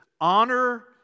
Honor